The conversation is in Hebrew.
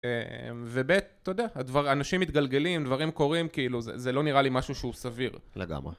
ובית אתה יודע, אנשים מתגלגלים, דברים קורים כאילו, זה לא נראה לי משהו שהוא סביר, לגמרי.